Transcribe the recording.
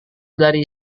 dari